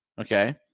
okay